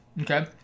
okay